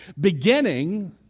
Beginning